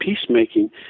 peacemaking